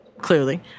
Clearly